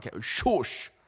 Shush